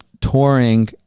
touring